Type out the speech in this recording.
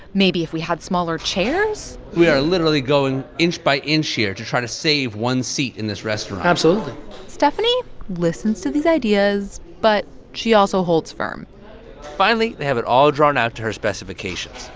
maybe we had smaller chairs? we are literally going inch by inch here to try to save one seat in this restaurant absolutely stephani listens to these ideas, but she also holds firm finally, they have it all drawn out to her specifications.